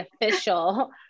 official